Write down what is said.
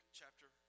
chapter